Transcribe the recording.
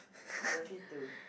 I love it too